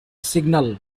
signal